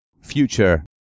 future